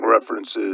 references